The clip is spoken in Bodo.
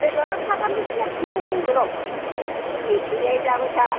बेदरा साथामजों सेरसे होगोन र' नोंसोर बेसे जायो जाबायथा